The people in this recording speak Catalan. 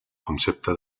concepte